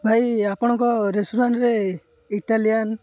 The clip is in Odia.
ଭାଇ ଆପଣଙ୍କ ରେଷ୍ଟୁରାଣ୍ଟ୍ରେ ଇଟାଲିଆନ୍